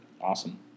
Awesome